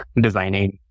designing